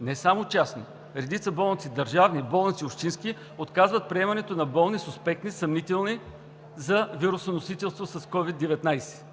не само частни, редица болници държавни, болници общински отказват приемането на болни суспектни, съмнителни за вирусоносителство с COVID-19.